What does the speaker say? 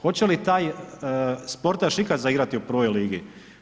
Hoće li taj sportaš ikad zaigrati u prvoj ligi?